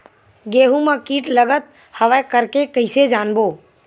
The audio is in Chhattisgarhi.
गेहूं म कीट लगत हवय करके कइसे जानबो?